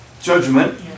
judgment